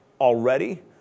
already